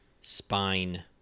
spine